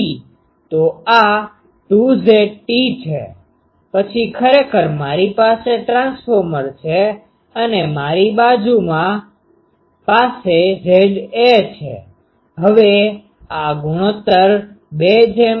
તો આ 2 Zt છે પછી ખરેખર મારી પાસે ટ્રાન્સફોર્મર છે અને આ બાજુ મારી પાસે Zaછે હવે આ ગુણોત્તર 2 1 છે